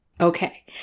Okay